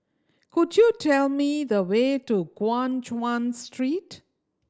could you tell me the way to Guan Chuan Street